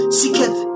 seeketh